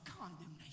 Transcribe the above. condemnation